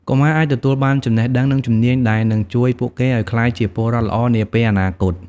កុមារអាចទទួលបានចំណេះដឹង និងជំនាញដែលនឹងជួយពួកគេឱ្យក្លាយជាពលរដ្ឋល្អនាពេលអនាគត។